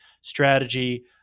strategy